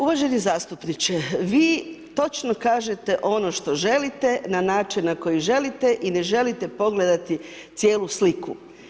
Uvaženi zastupniče, vi točno kažete ono što želite na način na koji želite i ne želite pogledati cijelu sliku.